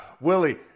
Willie